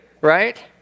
right